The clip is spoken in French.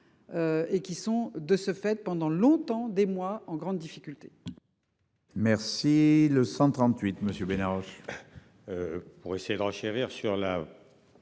Et qui sont de ce fait pendant longtemps des mois en grande difficulté.